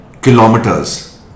kilometers